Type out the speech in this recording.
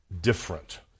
different